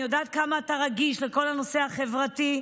אני יודעת כמה אתה רגיש לכל הנושא החברתי,